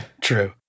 true